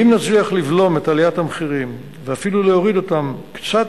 אם נצליח לבלום את עליית המחירים ואפילו להוריד אותם קצת,